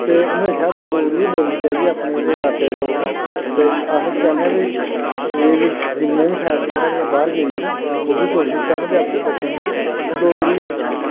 ते हमेशां डोगरी गै बोलनी चाहिदी अपने जेह्ड़े ल्हाके दे लोग न ते अस चाह्नें आं भी जिन्नियां बी फैमिलियां साढ़ियां बाह्र गेदियां न ओह् बी कोशिश करन भाई अपनें बच्चें गी डोगरी गै सखान